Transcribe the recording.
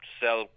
sell